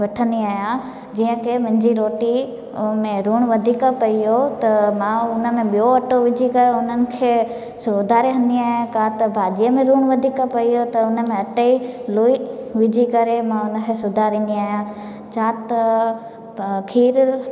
वठंदी आहियां जीअं की मुंहिंजी रोटी में लूण वधीक पियो त मां उनमें ॿियों अटो विझी करे उन्हनि खे सुधारे वठंदी आहियां का त भाॼी में लूण वधीक पियो त हुनमें अटे लोइ विझी करे मां हुनखे सुधारींदी आहियां छा त प खीरु